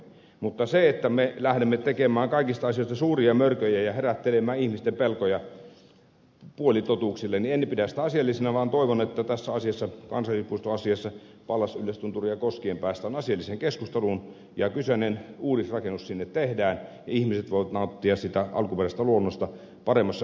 mutta sitä että me lähdemme tekemään kaikista asioista suuria mörköjä ja herättelemään ihmisten pelkoja puolitotuuksilla en pidä asiallisena vaan toivon että tässä kansallispuistoasiassa pallas yllästunturia koskien päästään asialliseen keskusteluun ja kyseinen uudisrakennus sinne tehdään ja ihmiset voivat nauttia siitä alkuperäisestä luonnosta paremmassa ympäristössä kuin aikaisemmin